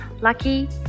lucky